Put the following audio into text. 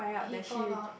he found out